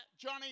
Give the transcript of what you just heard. Johnny